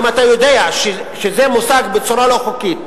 אז אם אתה יודע שזה מושג בצורה לא חוקית,